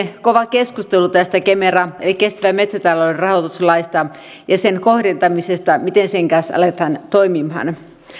kovan keskustelun tästä kemera eli kestävän metsätalouden rahoituslaista ja sen kohdentamisesta miten sen kanssa aletaan toimimaan